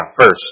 first